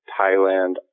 Thailand